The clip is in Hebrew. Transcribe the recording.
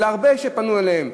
אלא הרבה שפנו אליהם,